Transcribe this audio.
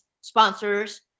sponsors